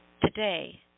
Today